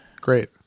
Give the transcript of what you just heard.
Great